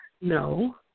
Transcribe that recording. No